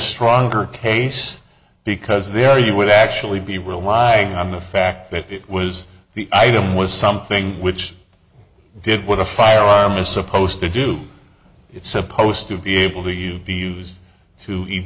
stronger case because there you would actually be relying on the fact that it was the item was something which did what a firearm is supposed to do it's supposed to be able to you be used to eat